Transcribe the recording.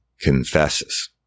confesses